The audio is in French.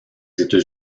états